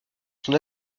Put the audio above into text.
son